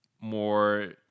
more